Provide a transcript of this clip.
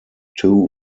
two